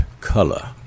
color